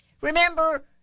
Remember